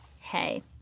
Hey